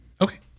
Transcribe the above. okay